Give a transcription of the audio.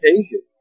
occasion